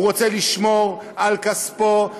הוא רוצה לשמור על כספו,